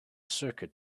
circuit